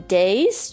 days